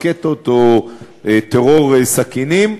רקטות או טרור סכינים,